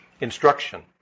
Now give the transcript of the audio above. instruction